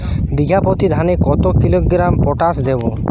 বিঘাপ্রতি ধানে কত কিলোগ্রাম পটাশ দেবো?